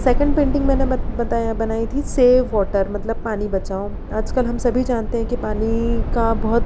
second painting मैंने मत बताया बनाई थी सेव वाटर मतलब पानी बचाओ आजकल हम सभी जानते हैं कि पानी का बहुत